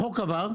החוק עבר,